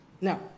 Now